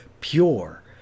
pure